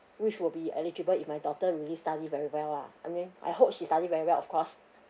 which will be eligible if my daughter really study very well lah I mean I hope she study very well of course